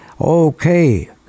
Okay